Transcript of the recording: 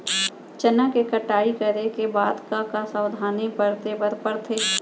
चना के कटाई करे के बाद का का सावधानी बरते बर परथे?